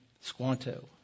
Squanto